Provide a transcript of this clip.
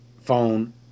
phone